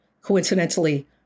coincidentally